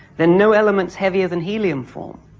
then no elements heavier than helium form,